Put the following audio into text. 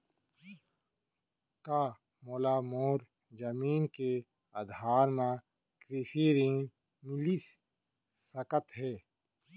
का मोला मोर जमीन के आधार म कृषि ऋण मिलिस सकत हे?